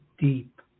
deep